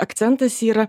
akcentas yra